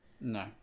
no